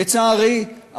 לצערי,